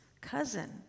cousin